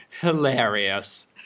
hilarious